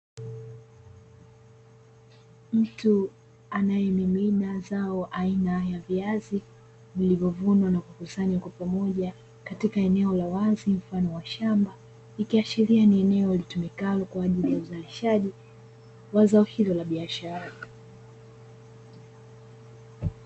Mtu anayemimina zao aina ya viazi, vilivyovunwa na kukusanywa kwa pamoja katika eneo la wazi mfano wa shamba, ikiashiria ni eneo litumikalo kwa ajili ya uzalishaji wa zao hilo la biashara.